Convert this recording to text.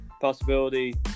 possibility